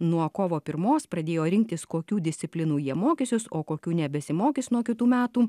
nuo kovo pirmos pradėjo rinktis kokių disciplinų jie mokysis o kokių nebesimokys nuo kitų metų